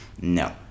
No